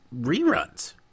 reruns